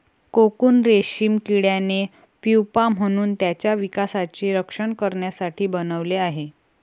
cocoon रेशीम किड्याने pupa म्हणून त्याच्या विकासाचे रक्षण करण्यासाठी बनवले आहे